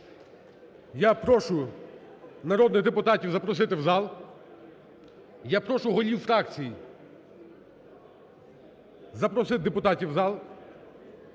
Я прошу народних депутатів запросити в зал. Я прошу голів фракцій запросити депутатів в зал.